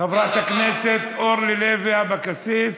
חברת הכנסת אורלי לוי אבקסיס,